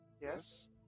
Yes